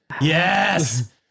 yes